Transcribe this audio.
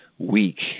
weak